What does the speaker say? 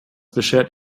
beschert